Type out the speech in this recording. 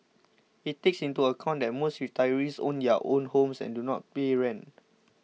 it takes into account that most retirees own their own homes and do not pay rent